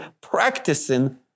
practicing